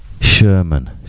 Sherman